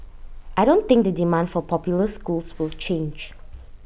I don't think the demand for popular schools will change